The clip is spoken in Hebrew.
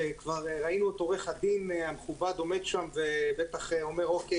וכבר ראינו את עורך-הדין המכובד עומד שם ובטח אומר: אוקי,